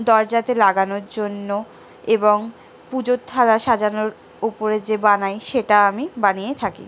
দরজাতে লাগানোর জন্য এবং পুজোর থালা সাজানোর উপরে যে বানাই সেটা আমি বানিয়ে থাকি